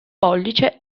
pollice